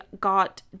got